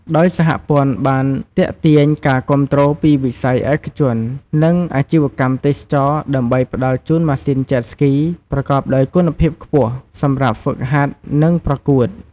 ដោយសហព័ន្ធបានទាក់ទាញការគាំទ្រពីវិស័យឯកជន និងអាជីវកម្មទេសចរណ៍ ដើម្បីផ្ដល់ជូនម៉ាស៊ីន Jet Ski ប្រកបដោយគុណភាពខ្ពស់សម្រាប់ហ្វឹកហាត់ និងប្រកួត។